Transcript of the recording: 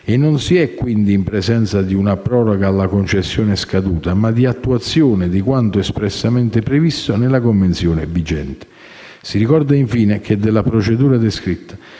non si è quindi in presenza di una proroga alla concessione scaduta, ma di attuazione di quanto espressamente previsto nella convenzione vigente. Si ricorda, infine, che della procedura descritta,